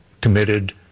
committed